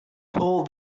pull